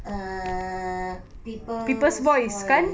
ah people's voice